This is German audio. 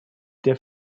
der